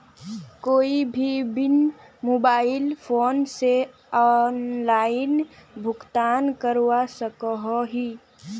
कोई भी bill mobile phone से ऑनलाइन भुगतान करवा सकोहो ही?